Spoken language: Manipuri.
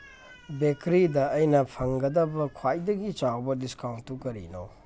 ꯕꯦꯀꯔꯤꯗ ꯑꯩꯅ ꯐꯪꯒꯗꯕ ꯈ꯭ꯋꯥꯏꯗꯒꯤ ꯆꯥꯎꯕ ꯗꯤꯁꯀꯥꯎꯟꯗꯨ ꯀꯔꯤꯅꯣ